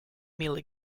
millie